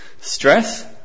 Stress